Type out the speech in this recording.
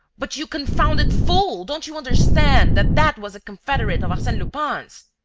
but, you confounded fool, don't you understand that that was a confederate of arsene lupin's?